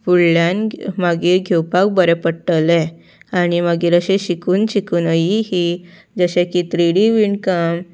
फुडल्यान मागीर घेवपाक बरें पडटलें आनी मागीर अशें शिकून शिकूनय ही जशें की थ्रि डी विणकम